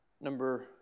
Number